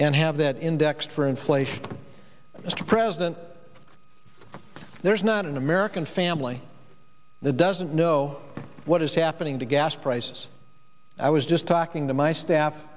and have that indexed for inflation mr president there's not an american family that doesn't know what is happening to gas prices i was just talking to my staff